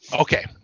okay